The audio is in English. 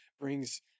brings